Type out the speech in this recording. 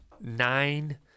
nine